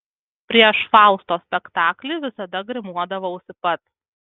prieš fausto spektaklį visada grimuodavausi pats